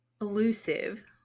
elusive